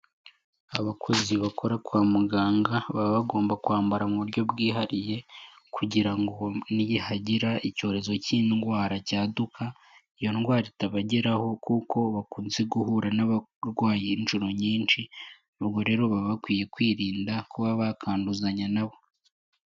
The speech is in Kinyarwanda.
Abakozi bakora kwa muganga, baba bagomba kwambara mu buryo bwihariye kugira ngo nihagira icyorezo cy'indwara cyaduka, iyo ndwara itabageraho kuko bakunze guhura n'abarwayi inshuro nyinshi, ubwo rero baba bakwiye kwirinda kuba bakanduzanya na bo.